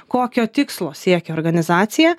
kokio tikslo siekia organizacija